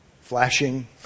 flashing